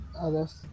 others